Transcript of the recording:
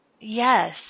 Yes